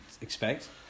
expect